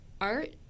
Art